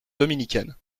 dominicaines